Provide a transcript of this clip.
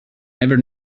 never